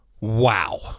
Wow